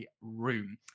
room